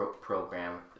Program